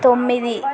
తొమ్మిది